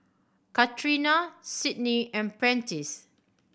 Catrina Sydni and Prentiss